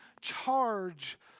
charge